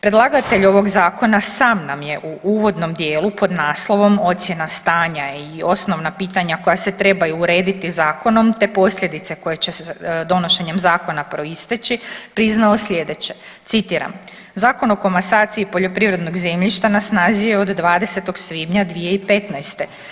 Predlagatelj ovog zakona sam nam je u uvodnom dijelu pod naslovom „Ocjena stanja i osnovna pitanja“ koja se trebaju urediti zakonom, te posljedice koje će se donošenje zakona priznati priznalo sljedeće, citiram: „Zakon o komasaciji poljoprivrednog zemljišta na snazi je od 20. svibnja 2015.